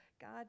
God